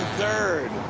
third.